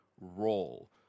role